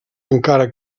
encara